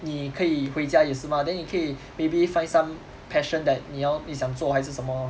你可以回家也是 mah then 你可以 maybe find some passion that 你要你想做还是什么 lor